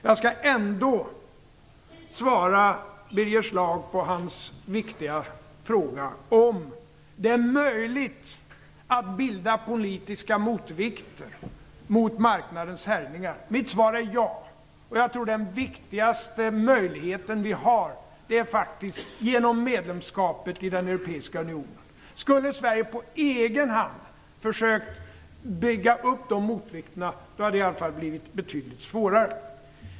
Jag skall ändå svara på Birger Schlaugs viktiga fråga om det är möjligt att bilda politiska motvikter till marknadens härjningar. Mitt svar är ja. Jag tror att den viktigaste möjligheten vi har faktiskt är genom medlemskapet i den europeiska unionen. Skulle Sverige på egen hand ha försökt bygga upp de här motvikterna hade det i alla fall blivit betydligt svårare.